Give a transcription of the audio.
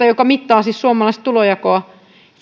joka mittaa siis suomalaista tulonjakoa